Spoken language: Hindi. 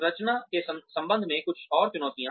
संरचना के संबंध में कुछ और चुनौतियाँ